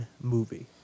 movie